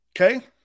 Okay